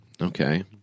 Okay